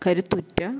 കരുത്തുറ്റ